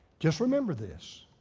just remember this,